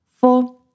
four